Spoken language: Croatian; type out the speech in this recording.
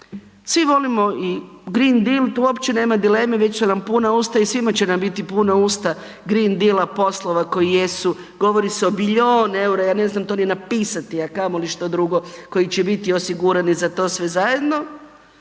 svi volimo i Green Deal tu uopće nema dileme, već su nam puna usta i svima će nam biti puna usta Green Deala, poslova koji jesu govori se o bilion EUR-a ja ne znam to ni napisati, a kamoli što drugo koji će biti osigurani za to sve zajedno,